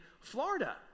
Florida